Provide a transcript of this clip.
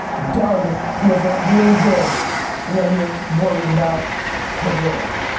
doug feels look really good when you're worried about the world.